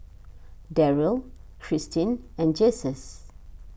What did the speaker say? Darryll Christine and Jesus